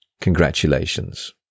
Congratulations